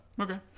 Okay